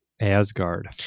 Asgard